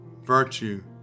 virtue